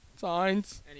Signs